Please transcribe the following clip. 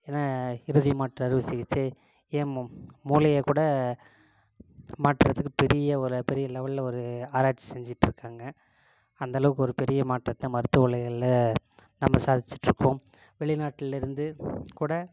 என இருதயம் மாற்று அறுவை சிகிச்சை மூளையை கூட மாற்றுறதுக்கு பெரிய ஒரு பெரிய லெவெலில் ஒரு ஆராய்ச்சி செஞ்சுட்டு இருக்காங்க அந்த அளவுக்கு ஒரு மாற்றத்தை மருத்துவ உலகில் நம்ம சாதிச்சுட்டு இருக்கோம் வெளிநாட்டில் இருந்து கூட